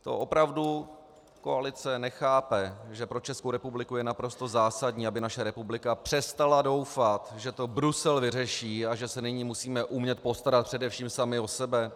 To opravdu koalice nechápe, že pro Českou republiku je naprosto zásadní, aby naše republika přestala doufat, že to Brusel vyřeší a že se nyní musíme umět postarat především sami o sebe?